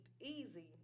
easy